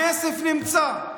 הכסף נמצא,